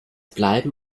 bleiben